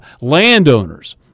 landowners